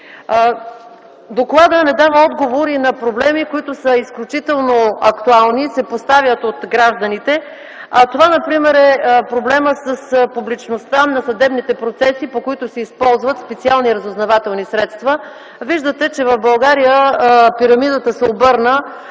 Докладът не дава отговор и на проблеми, които са изключително актуални и се поставят от гражданите. Това например е проблемът с публичността на съдебните процеси, по които се използват специални разузнавателни средства. Виждате, че в България пирамидата се обърна